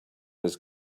his